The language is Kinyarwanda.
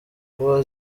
kuba